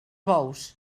bous